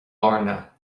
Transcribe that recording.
airne